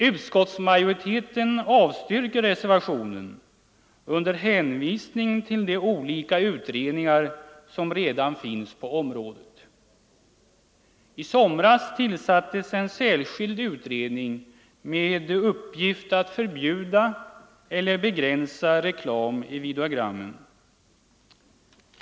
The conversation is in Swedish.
Utskottsmajoriteten avstyrker den motion som har utmynnat i reservationen under hänvisning till de olika utredningar som redan finns på området. I somras tillsattes en särskild utredning med uppgift att förbjuda eller begränsa reklam i videogrammen.